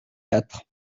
quatre